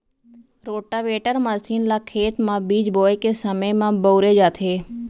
rotavator machine ल खेत म बीज बोए के समे म बउरे जाथे